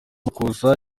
makuza